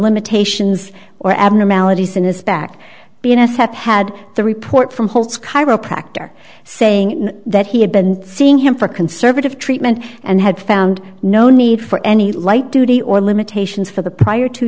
limitations or abnormalities in his back in effect had the report from holtz chiropractor saying that he had been seeing him for conservative treatment and had found no need for any light duty or limitations for the prior two